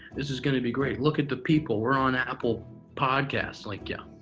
this is going to be great. look at the people. we're on apple podcast. like, yeah,